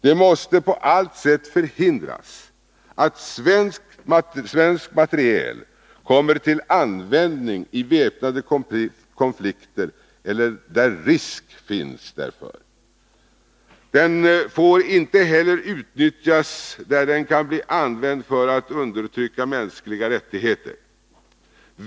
Det måste på allt sätt förhindras att svensk materiel kommer till användning i väpnade konflikter eller där risk finns därför. Den får inte heller utnyttjas där den kan bli använd för att undertrycka mänskliga rättigheter.